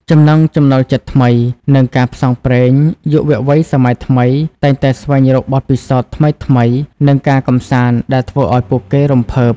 ចំណង់ចំណូលចិត្តថ្មី និងការផ្សងព្រេង យុវវ័យសម័យថ្មីតែងតែស្វែងរកបទពិសោធន៍ថ្មីៗ និងការកម្សាន្តដែលធ្វើឱ្យពួកគេរំភើប។